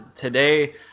today